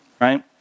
Right